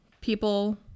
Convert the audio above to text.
people